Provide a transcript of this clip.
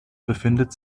befindet